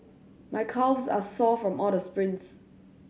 my calves are sore from all the sprints